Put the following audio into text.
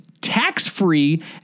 tax-free